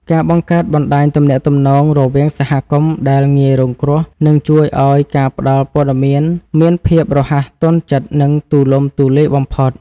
ការបង្កើតបណ្តាញទំនាក់ទំនងរវាងសហគមន៍ដែលងាយរងគ្រោះនឹងជួយឱ្យការផ្តល់ព័ត៌មានមានភាពរហ័សទាន់ចិត្ត និងទូលំទូលាយបំផុត។